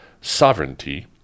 sovereignty